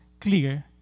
clear